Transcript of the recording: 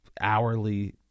hourly